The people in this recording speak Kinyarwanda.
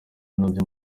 nabyo